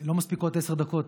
לא מספיקות עשר דקות.